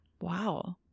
Wow